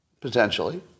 potentially